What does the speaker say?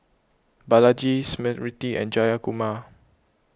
Balaji Smriti and Jayakumar